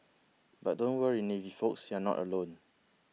but don't worry navy folks you're not alone